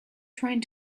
trying